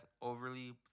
Overly